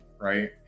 right